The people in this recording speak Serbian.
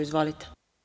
Izvolite.